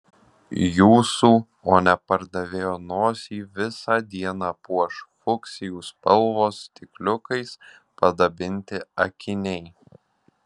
jūsų o ne pardavėjo nosį visą dieną puoš fuksijų spalvos stikliukais padabinti akiniai